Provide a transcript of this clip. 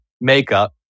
makeup